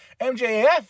MJF